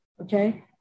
okay